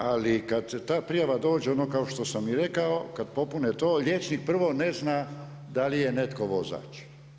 Ali, kad ta prijava dođe, ono kao što sam i rekao, kad popune to, liječnik prvo ne zna, da li je netko vozač.